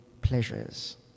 pleasures